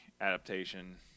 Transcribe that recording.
adaptation